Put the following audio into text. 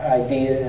idea